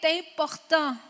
important